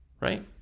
Right